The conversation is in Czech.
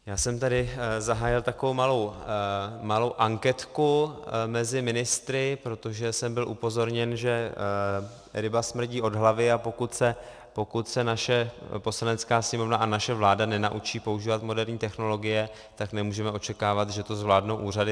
Já jsem tady zahájil takovou malou anketku mezi ministry, protože jsem byl upozorněn, že ryba smrdí od hlavy, a pokud se naše Poslanecká sněmovna a naše vláda nenaučí používat moderní technologie, tak nemůžeme očekávat, že to zvládnou úřady.